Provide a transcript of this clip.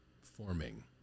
forming